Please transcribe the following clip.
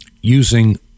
using